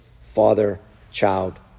father-child